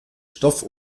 stoff